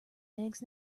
eggs